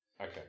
Okay